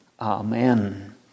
Amen